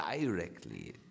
directly